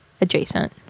adjacent